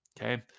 Okay